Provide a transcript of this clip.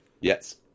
Yes